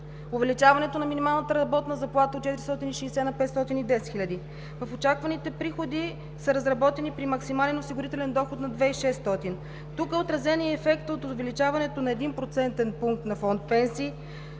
увеличаването на минималната работна заплата от 460 на 510 хиляди. Очакваните приходи са разработени при максимален осигурителен доход на 2600. Тук е отразен и ефектът от увеличаването на един процентен пункт на фонд „Пенсии“,